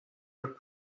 your